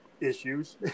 issues